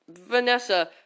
Vanessa